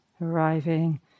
Arriving